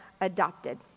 adopted